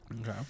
Okay